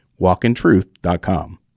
walkintruth.com